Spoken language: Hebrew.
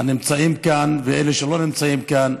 הנמצאים כאן ואלה שלא נמצאים כאן,